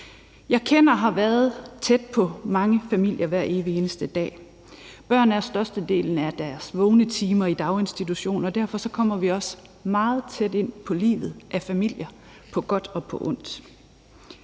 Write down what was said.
familier og har været tæt på familier hver evig eneste dag. Børn er størstedelen af deres vågne timer i daginstitution, og derfor kommer vi også meget tæt ind på livet af familier på godt og ondt.